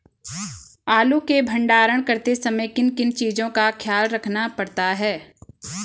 आलू के भंडारण करते समय किन किन चीज़ों का ख्याल रखना पड़ता है?